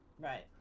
Right